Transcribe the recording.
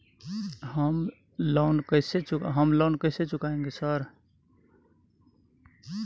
हम लोन कैसे चुकाएंगे सर?